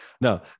No